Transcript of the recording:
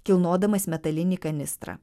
kilnodamas metalinį kanistrą